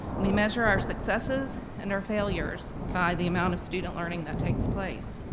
we measure our successes and our failures by the amount of student learning that takes place.